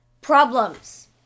Problems